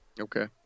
Okay